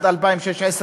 עד 2016,